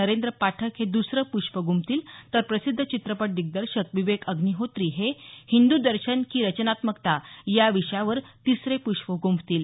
नरेंद्र पाठक हे दुसरं पृष्प गुंफतील तर प्रसिध्द चित्रपट दिग्दर्शक विवेक अय़िहोत्री हे हिंदू दर्शन की रचनात्मकता या विषयावर तिसरे प्रष्प गुंफतील